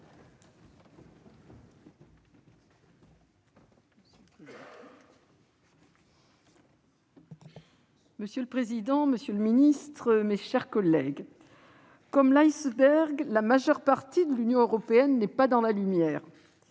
Monsieur le président, monsieur le secrétaire d'État, mes chers collègues, comme l'iceberg, la majeure partie de l'Union européenne n'est pas dans la lumière.